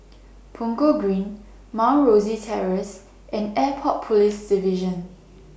Punggol Green Mount Rosie Terrace and Airport Police Division